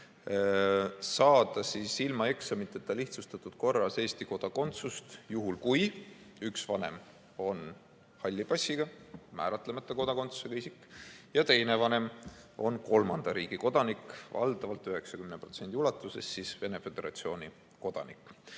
saada ilma eksamiteta, lihtsustatud korras Eesti kodakondsus, juhul kui üks vanem on halli passiga määratlemata kodakondsusega isik ja teine vanem on kolmanda riigi kodanik, valdavalt, 90% ulatuses siis Venemaa Föderatsiooni kodanik.